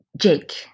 Jake